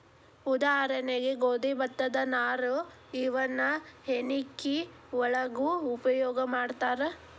ಉದಾಹರಣೆಗೆ ಗೋದಿ ಭತ್ತದ ನಾರು ಇವನ್ನ ಹೆಣಕಿ ಒಳಗು ಉಪಯೋಗಾ ಮಾಡ್ತಾರ